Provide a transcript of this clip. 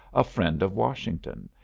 a friend of washington,